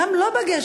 גם לא בגשם.